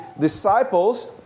disciples